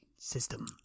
system